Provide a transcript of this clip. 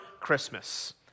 Christmas